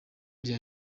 rya